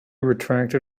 retracted